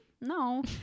no